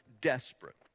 desperate